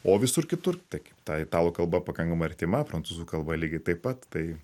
o visur kitur tai kaip ta italų kalba pakankamai artima prancūzų kalba lygiai taip pat tai